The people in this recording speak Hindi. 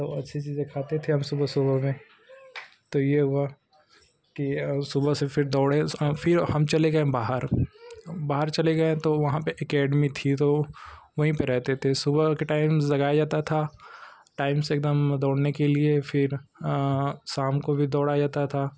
तो अच्छी चीज़ें खाते थे हम सुबह सुबह में तो ये हुआ कि तो यह हुआ कि सुबह सुबह फिर दौड़े फिर हम चले गए हम बाहर बाहर चले गए तो वहाँ पर एकेडमी थी तो वहीं पर रहते थे सुबह के टाइम ज़गाया जाता था टाइम से एकदम दौड़ने के लिए फ़िर शाम को भी दौड़ाया जाता था